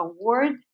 award